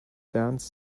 dance